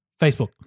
Facebook